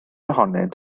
ohonynt